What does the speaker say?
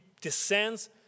descends